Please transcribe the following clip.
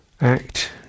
act